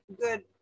good